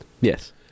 Yes